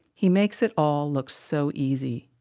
he makes it all look so easy.